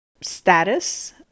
status